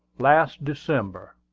last december.